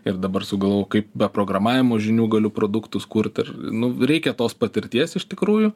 ir dabar sugalvojau kaip be programavimo žinių galiu produktus kurt ir nu reikia tos patirties iš tikrųjų